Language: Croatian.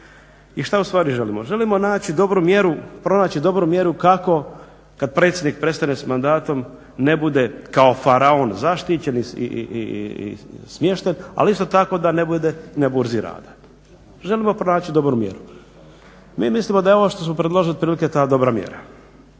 I što ustvari želimo? Želimo pronaći dobru mjeru kako kad predsjednik prestane s mandatom ne bude kao faraon zaštićen i smješten ali isto tako da ne bude na Burzi rada. Želimo pronaći dobru mjeru. Mi mislimo da je ovo što smo predložili otprilike ta dobra mjera.